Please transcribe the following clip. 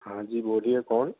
हाँ जी बोलिए कौन